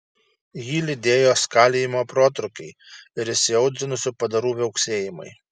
jį lydėjo skalijimo protrūkiai ir įsiaudrinusių padarų viauksėjimai